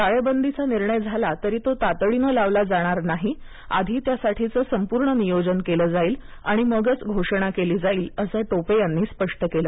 टाळेबंदीचा निर्णय झाला तरी तो तातडीनं लावला जाणार नाही आधी त्यासाठीचं संपूर्ण नियोजन केलं जाईल आणि मगच घोषणा केली जाईल असं टोपे यांनी स्पष्ट केलं